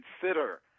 consider